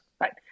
right